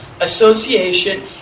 association